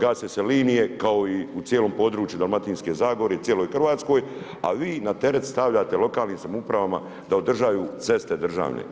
gase se linije, kao i u cijelom području Dalmatinske zagore i cijeloj Hrvatskoj, a vi na teret stavljate lokalnim samoupravama, da održavaju ceste državne.